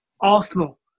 Arsenal